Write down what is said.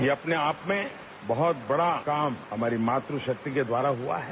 ये अपने आप में बहुत बड़ा काम हमारी मातृ शक्ति के द्वारा हुआ है